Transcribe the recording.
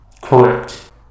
Correct